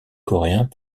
coréens